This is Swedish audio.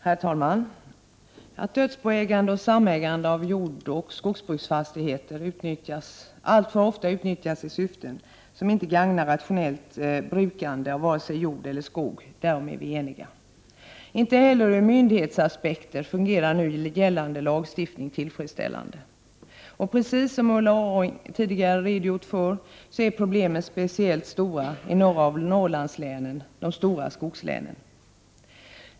Herr talman! Att dödsboägande och samägande av jordoch skogsbruksfastigheter alltför ofta utnyttjas i syften som inte gagnar rationellt utnyttjande och brukande av vare sig jorden eller skogen, därom är vi eniga. Inte heller ur myndighetsaspekter fungerar nu gällande lagstiftning tillfredsställande. Precis som Ulla Orring har redogjort för tidigare är problemen speciellt stora i några av Norrlandslänen, de stora skogslänen.